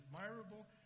admirable